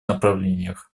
направлениях